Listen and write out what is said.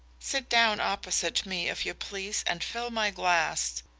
sit down opposite to me, if you please, and fill my glass.